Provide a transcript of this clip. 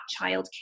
childcare